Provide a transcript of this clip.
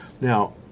Now